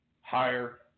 higher